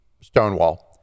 Stonewall